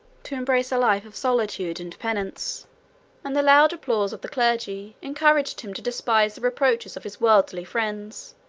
to embrace a life of solitude and penance and the loud applause of the clergy encouraged him to despise the reproaches of his worldly friends,